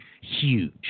huge